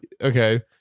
okay